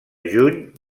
juny